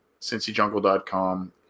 CincyJungle.com